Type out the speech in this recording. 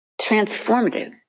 transformative